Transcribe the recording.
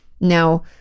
Now